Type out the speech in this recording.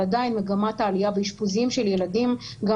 אבל עדיין מגמת העלייה באשפוזים של ילדים גם